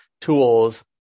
tools